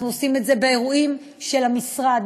אנחנו עושים את זה באירועים של המשרד,